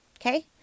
okay